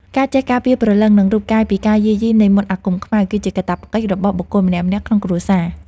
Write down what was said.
ការចេះការពារព្រលឹងនិងរូបកាយពីការយាយីនៃមន្តអាគមខ្មៅគឺជាកាតព្វកិច្ចរបស់បុគ្គលម្នាក់ៗក្នុងគ្រួសារ។